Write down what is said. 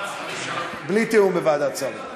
בלי תיאום בוועדת שרים.